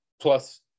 Plus